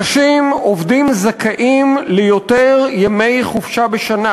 אנשים עובדים זכאים ליותר ימי חופשה בשנה.